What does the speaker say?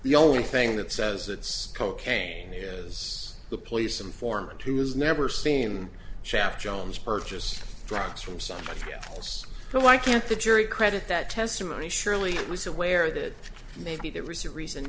the only thing that says it's cocaine is the police informant who has never seen shaft jones purchase drugs from somebody else but why can't the jury credit that testimony surely it was aware that maybe that recent reason